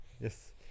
Yes